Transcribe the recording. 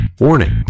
Warning